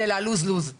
אלא ששניהם מפסידים.